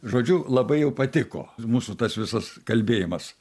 žodžiu labai jau patiko mūsų tas visas kalbėjimas